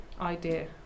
idea